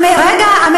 זהבה, רגע.